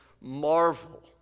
marvel